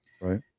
right